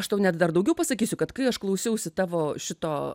aš tau net dar daugiau pasakysiu kad kai aš klausiausi tavo šito